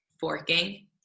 forking